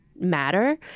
matter